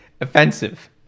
offensive